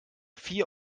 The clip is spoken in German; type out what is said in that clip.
vier